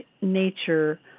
nature